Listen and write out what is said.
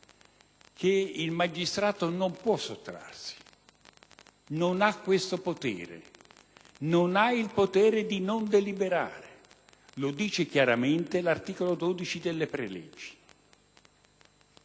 che il magistrato non può sottrarsi, non ha questo potere: non ha il potere di non deliberare. Lo dice chiaramente l'articolo 12 delle preleggi.